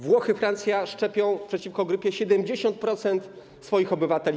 Włochy, Francja szczepią przeciwko grypie 70% swoich obywateli.